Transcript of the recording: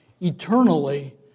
eternally